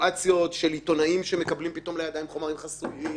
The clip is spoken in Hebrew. של האדם שאני מוסר לו את הידיעה הסודית.